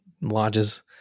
lodges